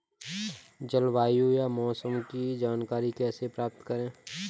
जलवायु या मौसम की जानकारी कैसे प्राप्त करें?